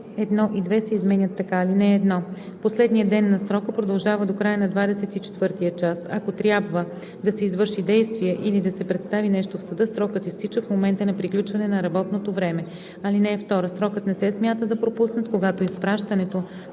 1 и 2 се изменят така: „(1) Последният ден на срока продължава до края на двадесет и четвъртия час. Ако трябва да се извърши действие или да се представи нещо в съда, срокът изтича в момента на приключване на работното време. (2) Срокът не се смята за пропуснат, когато изпращането